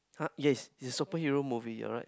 !huh! yes it's a super hero movie you're right